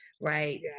right